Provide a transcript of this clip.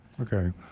Okay